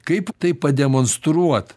kaip tai pademonstruot